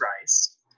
rice